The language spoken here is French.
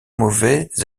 mauvais